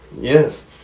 Yes